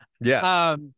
Yes